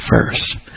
first